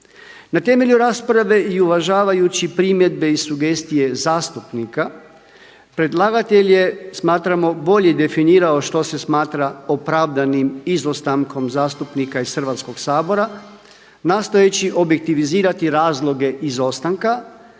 Na temelju rasprave i uvažavajući primjedbe i sugestije zastupnika, predlagatelj je smatramo bolje definirao što se smatra opravdanim izostankom zastupnika iz Hrvatskog sabora, nastojeći objektivizirati razloge izostanka